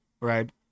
Right